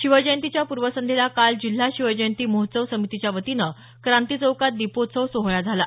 शिवजयंतीच्या पूर्वसंध्येला काल जिल्हा शिवजयंती महोत्सव समितीच्या वतीनं क्रांती चौकात दीपोत्सव सोहळा झाला